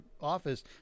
office